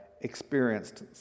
experienced